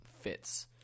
fits